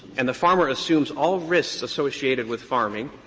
and the farmer assumes all risks associated with farming,